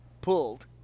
pulled